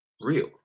real